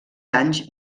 anys